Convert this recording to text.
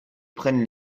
prennent